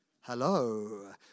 Hello